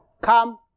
Come